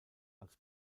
als